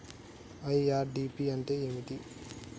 IRDP అంటే ఏమిటి?